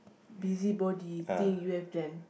busybody thing you have done